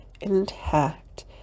intact